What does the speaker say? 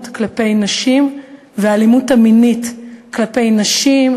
כלפי נשים והאלימות המינית כלפי נשים,